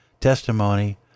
testimony